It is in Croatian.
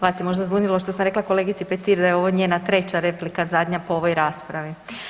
Vas je možda zbunilo što sam rekla kolegici Petir da je ovo njena treća replika zadnja po ovoj raspravi.